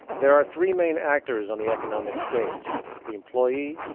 there are three main actors on the economic stage the employee,